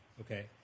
Okay